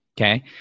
Okay